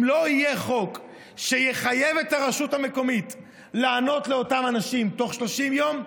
אם לא יהיה חוק שיחייב את הרשות המקומית לענות לאותם אנשים תוך 30 יום,